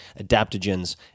adaptogens